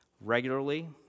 regularly